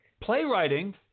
playwriting